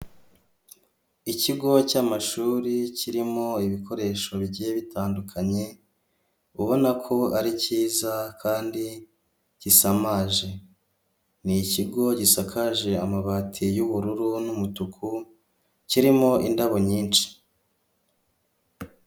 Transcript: Ikigo cy'amashuri kirimo ibikoresho bigiye bitandukanye, ubona ko ari cyiza kandi gisamaje ni ikigo gisakaje amabati y'ubururu n'umutuku kirimo indabo nyinshi.